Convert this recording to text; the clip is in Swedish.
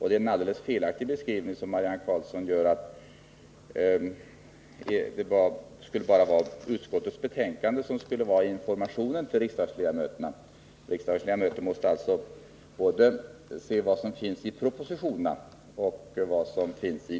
Det är en alldeles felaktig beskrivning som Marianne Karlsson gör när hon säger att betänkandet utgjort den enda informationen till riksdagsledamöterna. Ledamöterna måste sätta sig in i vad som framförs både i propositioner och i betänkanden.